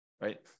right